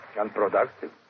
Unproductive